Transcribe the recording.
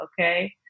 okay